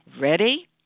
Ready